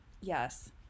Yes